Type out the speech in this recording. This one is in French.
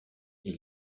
est